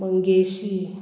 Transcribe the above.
Mangeshi